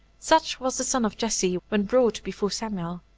such was the son of jesse when brought before samuel.